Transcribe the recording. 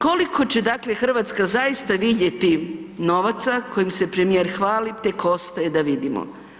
Koliko će dakle Hrvatska zaista vidjeti novaca kojim se premijer hvali tek ostaje da vidimo.